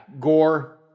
Gore